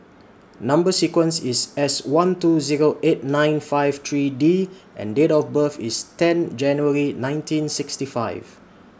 Number sequence IS S one two Zero eight nine five three D and Date of birth IS ten January nineteen sixty five